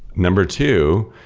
number two,